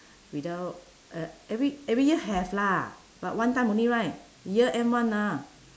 without uh every every year have lah but one time only right year end one lah